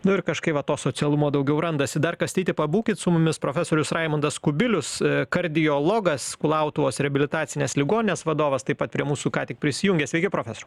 nu ir kažkai va to socialumo daugiau randasi dar kastyti pabūkit su mumis profesorius raimundas kubilius kardiologas kulautuvos reabilitacinės ligoninės vadovas taip pat prie mūsų ką tik prisijungė sveiki profesoriau